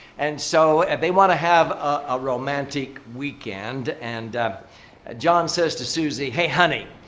and so, and they want to have a romantic weekend and john says to susie, hey, honey.